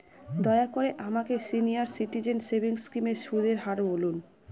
দয়া করে আমাকে সিনিয়র সিটিজেন সেভিংস স্কিমের সুদের হার বলুন